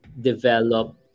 develop